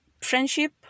friendship